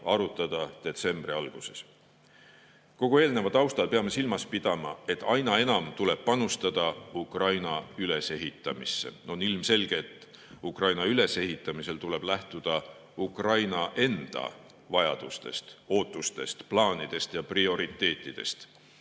arutada detsembri alguses. Kogu eelneva taustal peame silmas pidama, et aina enam tuleb panustada Ukraina ülesehitamisse. On ilmselge, et Ukraina ülesehitamisel tuleb lähtuda Ukraina enda vajadustest, ootustest, plaanidest ja prioriteetidest.